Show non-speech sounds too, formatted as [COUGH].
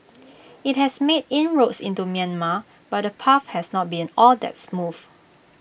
[NOISE] IT has made inroads into Myanmar but the path has not been all that smooth